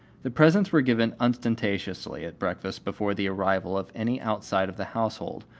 the presents were given unostentatiously at breakfast before the arrival of any outside of the household,